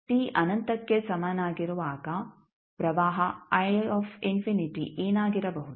t ಅನಂತಕ್ಕೆ ಸಮಾನವಾಗಿರುವಾಗ ಪ್ರವಾಹ ಏನಾಗಿರಬಹುದು